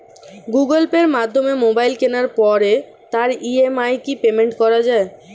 Google পের মাধ্যমে mobile কেনার পরে তার ই.এম.আই কি পেমেন্ট করা যায়?